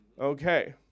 Okay